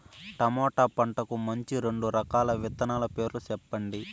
tomato పంటకు మంచి రెండు రకాల విత్తనాల పేర్లు సెప్పండి